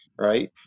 right